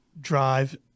drive